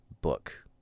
book